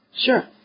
Sure